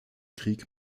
krieg